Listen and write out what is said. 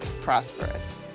prosperous